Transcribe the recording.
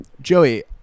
Joey